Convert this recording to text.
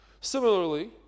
Similarly